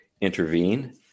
intervene